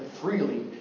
freely